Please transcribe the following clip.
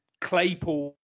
Claypool